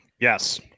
Yes